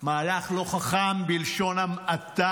מהלך לא חכם בלשון המעטה.